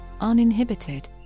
uninhibited